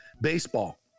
Baseball